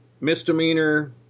misdemeanor